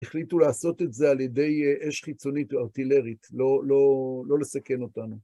החליטו לעשות את זה על ידי אש חיצונית או ארטילרית, לא לסכן אותנו.